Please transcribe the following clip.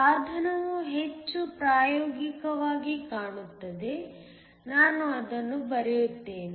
ಸಾಧನವು ಹೆಚ್ಚು ಪ್ರಾಯೋಗಿಕವಾಗಿ ಕಾಣುತ್ತದೆ ನಾನು ಅದನ್ನು ಬರೆಯುತ್ತೇನೆ